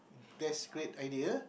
that's great idea